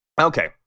Okay